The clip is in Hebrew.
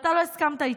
ואתה לא הסכמת איתי.